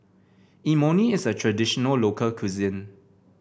Imoni is a traditional local cuisine